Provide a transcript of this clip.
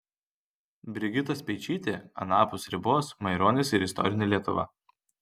brigita speičytė anapus ribos maironis ir istorinė lietuva